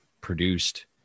produced